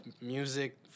music